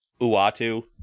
Uatu